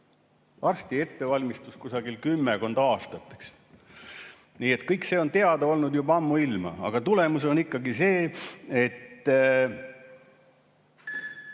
Arsti ettevalmistus kusagil kümmekond aastat. Nii et kõik see on teada olnud juba ammuilma, aga tulemus on ikkagi see, et